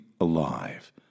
alive